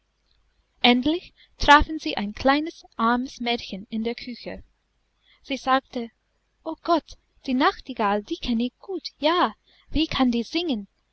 endlich trafen sie ein kleines armes mädchen in der küche sie sagte o gott die nachtigall die kenne ich gut ja wie kann die singen